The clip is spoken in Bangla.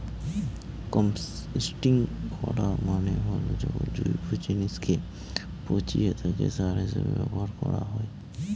কম্পস্টিং করা মানে হল যখন জৈব জিনিসকে পচিয়ে তাকে সার হিসেবে ব্যবহার করা